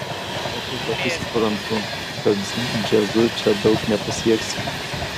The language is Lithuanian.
aš ir pati suprantu kad džiazu čia daug nepasieksi